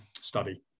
study